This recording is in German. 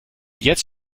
jetzt